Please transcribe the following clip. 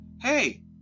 hey